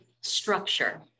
structure